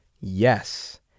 yes